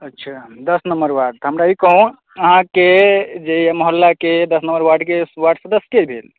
अच्छा दश number ward तऽ हमरा ई कहूँ अहाँकेँ जे मोहल्लाके दश नम्बर वार्डकेंँ वार्ड सदस्य केँ भेल